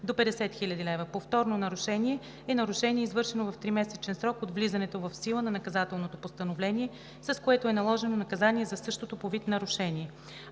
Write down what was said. до 50 000 лв. Повторно нарушение е нарушение, извършено в тримесечен срок от влизането в сила на наказателното постановление, с което е наложено наказание за същото по вид нарушение.